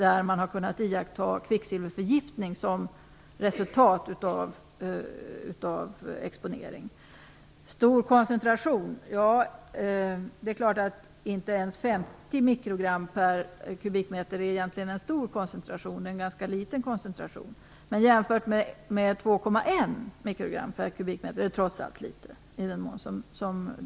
Där har man kunnat iaktta kvicksilverförgiftning som ett resultat av exponeringen. Så till frågan om vad som är en stor koncentration. Egentligen är inte ens 50 mikrogram per kubikmeter en stor koncentration utan en ganska liten sådan. Och jämför man det med 2,1 mikrogram per kubikmeter är det senare trots allt en liten koncentration.